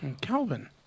Calvin